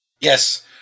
Yes